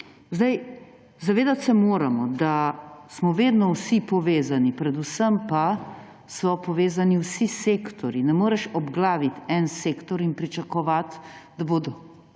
Zavedati se moramo, da smo vedno vsi povezani, predvsem pa so povezani vsi sektorji. Ne moreš obglaviti enega sektorja in pričakovati, da bodo